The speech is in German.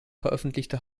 veröffentlichte